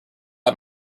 bat